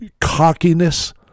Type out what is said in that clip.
cockiness